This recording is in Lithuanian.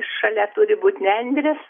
šalia turi būt nendrės